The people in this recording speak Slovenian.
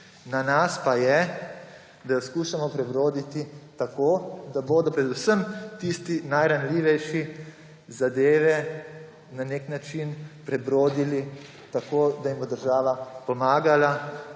Na nas pa je, da jo skušamo prebroditi tako, da bodo predvsem tisti najranljivejši zadeve na nek način prebrodili tako, da jim bo država pomagala,